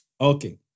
Okay